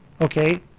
Okay